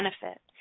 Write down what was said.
benefit